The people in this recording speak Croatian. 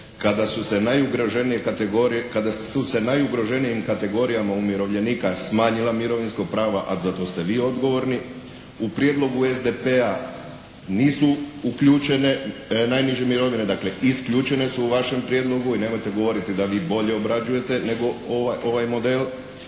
kada su se najugroženijim kategorijama umirovljenika smanjila mirovinska prava, a za to ste vi odgovorni. U prijedlogu SDP-a nisu uključene najniže mirovine, dakle isključene su u vašem prijedlogu i nemojte govoriti da vi bolje obrađujete, nego ovaj model.